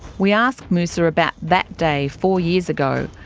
we asked musa about that day four years ago,